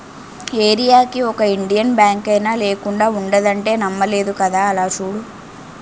ఏరీయాకి ఒక ఇండియన్ బాంకైనా లేకుండా ఉండదంటే నమ్మలేదు కదా అలా చూడు